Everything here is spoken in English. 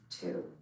two